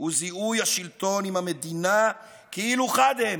הוא זיהוי השלטון עם המדינה כאילו חד הם.